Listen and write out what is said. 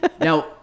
Now